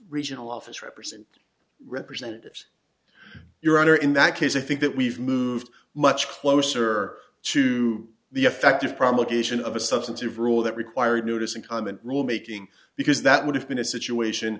regional office represent representatives your honor in that case i think that we've moved much closer to the effect of provocation of a substantive rule that required notice and comment rule making because that would have been a situation